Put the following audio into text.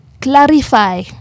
clarify